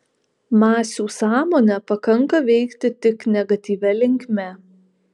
masių sąmonę pakanka veikti tik negatyvia linkme